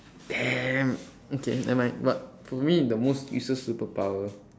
damn okay never mind but to me the most useless superpower